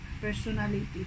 personality